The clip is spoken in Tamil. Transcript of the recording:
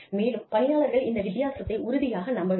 மேலும் பணியாளர்கள் இந்த வித்தியாசத்தை உறுதியாக நம்ப வேண்டும்